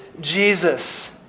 Jesus